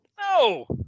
No